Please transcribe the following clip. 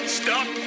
stop